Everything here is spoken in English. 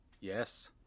Yes